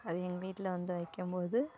அது எங்கள் வீட்டில் வந்து வைக்கும் போது